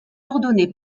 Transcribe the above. ordonné